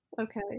okay